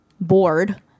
bored